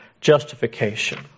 justification